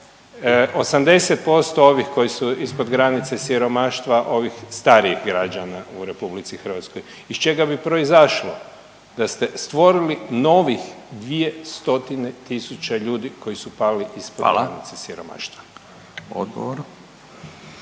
80% ovih koji su ispod granice siromaštva, ovih starijih građana u RH iz čega bi proizašlo da ste stvorili novih 200 tisuća ljudi koji su pali ispod …/Upadica: Hvala./…